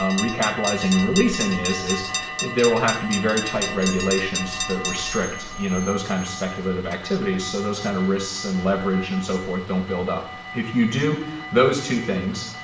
um recapitalizing and releasing is, is there will have to be very tight regulations that restrict you know those kind of speculative activities so those kind of risks and leverage and so forth don't build up. if you do those two things,